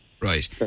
right